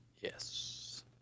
Yes